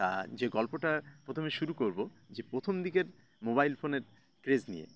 তা যে গল্পটা প্রথমে শুরু করবো যে প্রথম দিকের মোবাইল ফোনের ক্রেজ নিয়ে